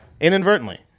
Inadvertently